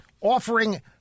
offering